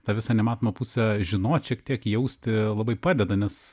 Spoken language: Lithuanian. tą visą nematomą pusę žinot šiek tiek jausti labai padeda nes